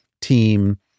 team